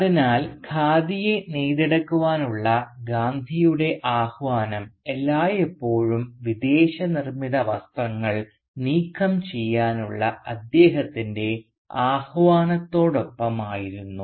അതിനാൽ ഖാദിയെ നെയ്തെടുക്കാനുള്ള ഗാന്ധിയുടെ ആഹ്വാനം എല്ലായ്പ്പോഴും വിദേശനിർമ്മിത വസ്ത്രങ്ങൾ നീക്കം ചെയ്യാനുള്ള അദ്ദേഹത്തിൻറെ ആഹ്വാനത്തോടൊപ്പമായിരുന്നു